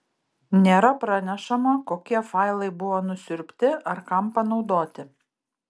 nėra pranešama kokie failai buvo nusiurbti ar kam panaudoti